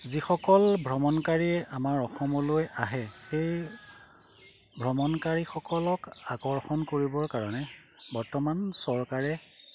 যিসকল ভ্ৰমণকাৰী আমাৰ অসমলৈ আহে সেই ভ্ৰমণকাৰীসকলক আকৰ্ষণ কৰিবৰ কাৰণে বৰ্তমান চৰকাৰে